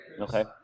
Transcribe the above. Okay